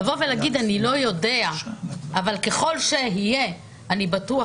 לבוא ולהגיד: "אני לא יודע אבל ככל שהיה אני בטוח